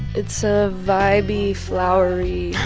it's a vibey, flowery,